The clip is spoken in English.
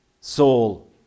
soul